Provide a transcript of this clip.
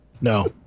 No